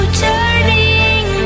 turning